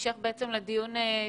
זהו דיון המשך לדיון שקיימנו